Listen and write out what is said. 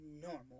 normal